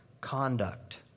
conduct